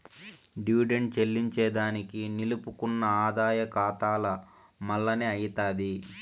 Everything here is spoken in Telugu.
డివిడెండ్ చెల్లింజేదానికి నిలుపుకున్న ఆదాయ కాతాల మల్లనే అయ్యితాది